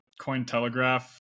Cointelegraph